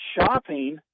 shopping